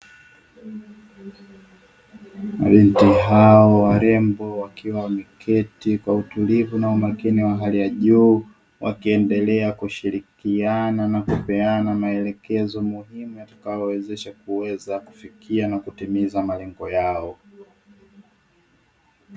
Binti hawa warembo wakiwa wameketi kwa utulivu na umakini wa hali ya juu, wakiendelea kushirikiana na kupeana maelekezo muhimu inayowawezesha kufikia na kuhitimu malengo yao.